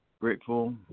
Grateful